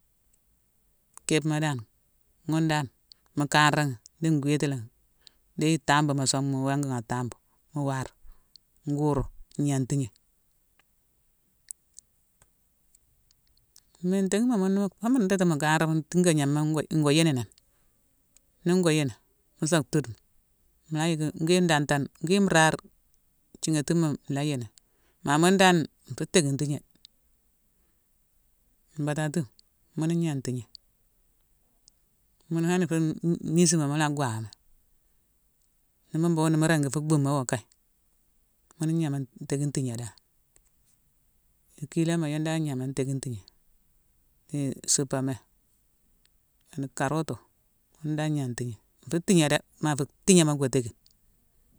Nkébma dan ghune dan mu kanragni ni gwitima langhi, déye tambuma song mu wongughi a tambuma mu warghi, nguru, gnan tigné. Mméintéghima, mune idhi mu kanrami thinka gnama ngo yini ni. Ni ngo yini, musa thudemi, mula yick ngwi dantane, ngwi nraare, thiinghatima nlaa yini. Ma mundane nfu theckine tigné. Mbatatima, mune gna tigné. Mune hane-m-misma, mu la gwahami. Ni mune mbhughune mu ringi fu bhuma wo kaye. Mune gnaman théckine thigné dan. Ikiiloma yune dan ignama nthéckine thigné, dhi isupamé, karoto, yune dan igna thigné. Ifu tigné dé ma fu thignéma go théckine.